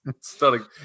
stunning